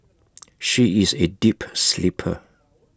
she is A deep sleeper